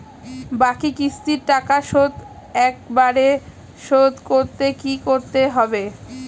বাকি কিস্তির টাকা শোধ একবারে শোধ করতে কি করতে হবে?